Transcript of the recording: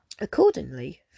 Accordingly